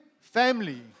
family